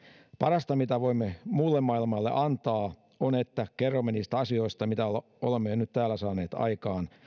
parasta mitä voimme muulle maailmalle antaa on että kerromme niistä asioista mitä olemme jo nyt täällä saaneet aikaan